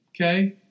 Okay